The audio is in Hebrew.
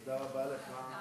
תודה רבה לך.